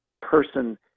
person